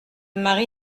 mari